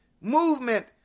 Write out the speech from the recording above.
movement